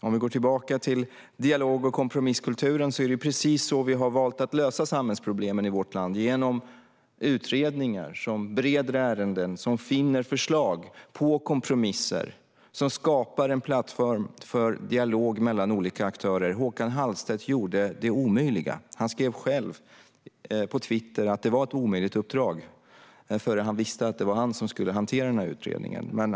Om vi går tillbaka till dialog och kompromisskulturen: Det är ju precis så vi har valt att lösa samhällsproblemen i vårt land - genom utredningar som bereder ärenden, finner förslag på kompromisser och skapar en plattform för dialog mellan olika aktörer. Håkan Hallstedt gjorde det omöjliga. Han skrev själv på Twitter att det var ett omöjligt uppdrag innan han visste att det var han som skulle hantera utredningen.